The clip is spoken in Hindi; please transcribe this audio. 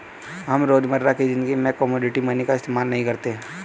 हम रोजमर्रा की ज़िंदगी में कोमोडिटी मनी का इस्तेमाल नहीं करते